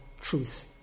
truth